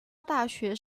大学